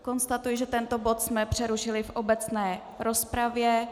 Konstatuji, že tento bod jsme přerušili v obecné rozpravě.